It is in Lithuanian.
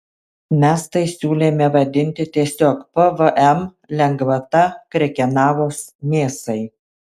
mes tai siūlėme vadinti tiesiog pvm lengvata krekenavos mėsai